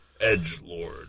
Edgelord